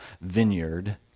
vineyard